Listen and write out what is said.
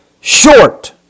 short